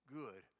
good